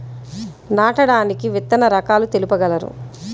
నాటడానికి విత్తన రకాలు తెలుపగలరు?